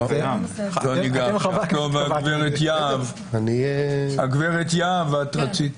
גב' יהב, רצית.